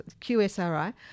QSRI